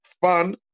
fun